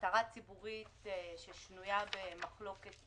מטרה ציבורית ששנויה במחלוקת